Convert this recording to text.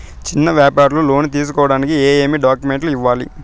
చిన్న వ్యాపారులు లోను తీసుకోడానికి ఏమేమి డాక్యుమెంట్లు ఇవ్వాలి?